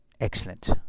Excellent